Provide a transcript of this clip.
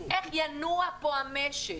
איך ינוע פה המשק?